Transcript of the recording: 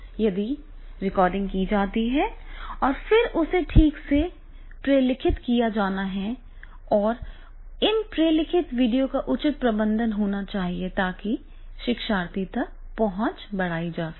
यदि रिकॉर्डिंग की जाती है और फिर उसे ठीक से प्रलेखित किया जाना है और इन प्रलेखित वीडियो का उचित प्रबंधन होना चाहिए ताकि शिक्षार्थियों तक पहुंच बढ़ाई जा सके